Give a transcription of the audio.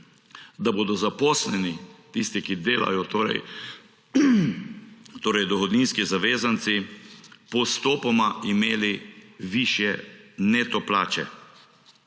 da bodo zaposleni, tisti, ki delajo, torej dohodninski zavezanci, postopoma imeli višje neto plače.